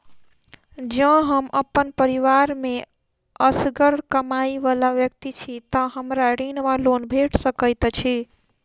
जँ हम अप्पन परिवार मे असगर कमाई वला व्यक्ति छी तऽ हमरा ऋण वा लोन भेट सकैत अछि?